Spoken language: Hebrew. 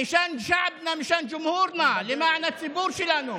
טרומית, למען העם שלנו, למען הציבור שלנו,)